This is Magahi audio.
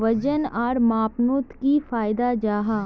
वजन आर मापनोत की फायदा जाहा?